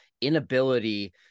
inability